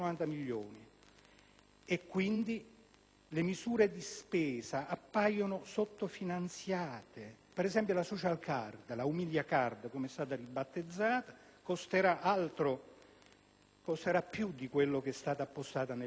e, quindi, le misure di spesa appaiono sottofinanziate. Per esempio, la *social card* - la "umilia *card*", com'è stata ribattezzata - costerà più di quanto è stato appostato nel bilancio.